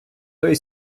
той